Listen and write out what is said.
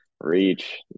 Reach